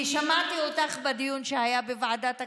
כי שמעתי אותך בדיון שהיה בוועדת הכספים,